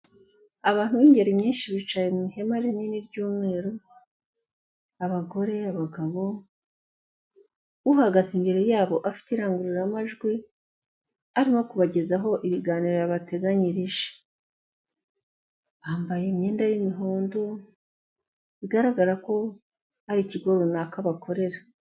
Abantu b'ingeri nyinshi bicaye mu ihema rinini ry'umweru, abagore, abagabo, uhagaze imbere yabo afite irangururamajwi, arimo kubagezaho ibiganiro yabateganyirije. Bambaye imyenda y'imihondo, bigaragara ko ari ikigo runaka bakorera.